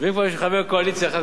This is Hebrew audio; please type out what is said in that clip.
יש חבר קואליציה אחד,